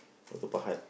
Batu-Pahat